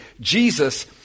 Jesus